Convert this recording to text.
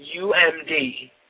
UMD